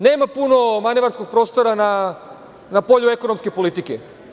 Nema puno manevarskog prostora na polju ekonomske politike.